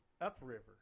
upriver